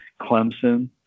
Clemson